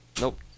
nope